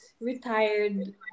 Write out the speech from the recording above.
retired